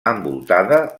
envoltada